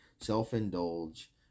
self-indulge